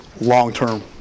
long-term